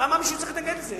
למה מישהו צריך להתנגד לזה?